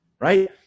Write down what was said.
right